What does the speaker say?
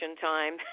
time